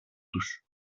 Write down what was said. τους